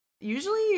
usually